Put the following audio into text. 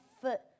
foot